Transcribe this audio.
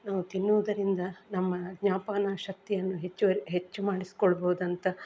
ನಾವು ತಿನ್ನುವುದರಿಂದ ನಮ್ಮ ಜ್ಞಾಪನ ಶಕ್ತಿಯನ್ನು ಹೆಚ್ಚು ಹೆಚ್ಚು ಮಾಡಿಸಿಕೊಳ್ಬೋದಂತ